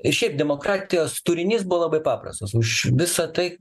ir šiaip demokratijos turinys buvo labai paprastas už visa tai